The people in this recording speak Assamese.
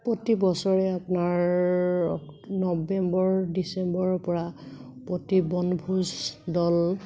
প্ৰতি বছৰে আপোনাৰ নৱেম্বৰ ডিচেম্বৰৰ পৰা প্ৰতি বনভোজ দল